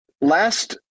last